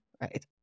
right